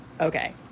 Okay